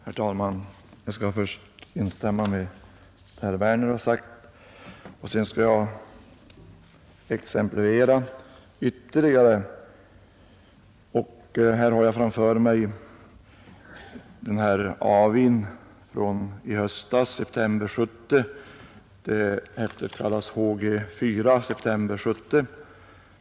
Herr talman! Jag skall först instämma i vad herr Werner i Malmö sagt och sedan ta ytterligare några exempel. Jag har framför mig ”AVIN” från i höstas. Häftet kallas ”HG 4 September 70”.